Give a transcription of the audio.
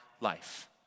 life